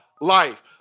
life